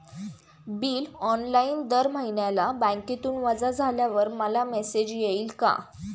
Bill online दर महिन्याला बँकेतून वजा झाल्यावर मला मेसेज येईल का?